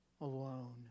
alone